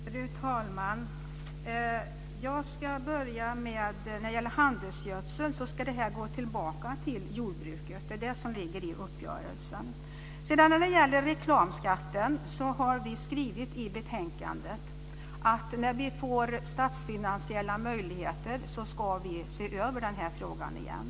Fru talman! När det gäller handelsgödseln ligger det i uppgörelsen att pengar ska gå tillbaka till jordbruket. I fråga om reklamskatten säger vi i betänkandet att vi, när vi får statsfinansiella möjligheter, ska se över frågan igen.